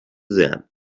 them